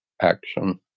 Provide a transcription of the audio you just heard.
action